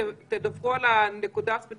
תדווחו על הנקודה הספציפית